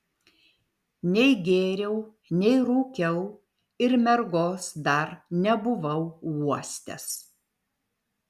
nei gėriau nei rūkiau ir mergos dar nebuvau uostęs